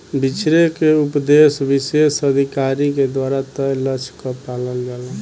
बिछरे के उपदेस विशेष अधिकारी के द्वारा तय लक्ष्य क पाइल होला